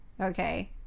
Okay